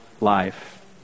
life